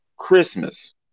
Christmas